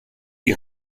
die